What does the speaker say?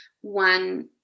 one